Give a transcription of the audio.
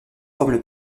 forment